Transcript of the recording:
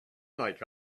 like